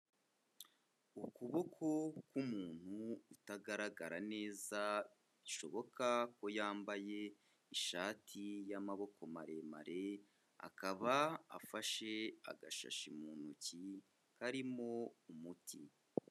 Ukuboko k'umuntu utagaragara neza bishoboka ko yambaye ishati y'amaboko maremare, akaba afashe agashashi mu ntoki karimo umuti.